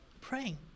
Praying